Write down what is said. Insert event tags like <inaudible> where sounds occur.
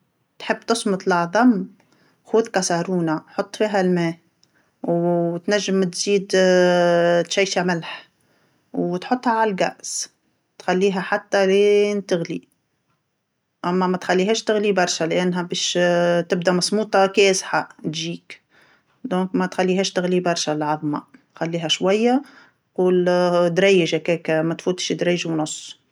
تحب تصمت العظم، خوذ كاسرونه حط فيها الما وتنجم تزيد <hesitation> تشيشه ملح وتحطها على الغاز، تخليها حتى لين تغلي، أما ما تخليهاش تغلي برشا لأنها باش <hesitation> تبدا مسموطه كاسحه تجيك، دونك ماتخليهاش تغلي برشا العظمه، خليها شويه و <hesitation> دريج هكاكا ماتفوتش دريج ونص.